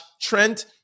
Trent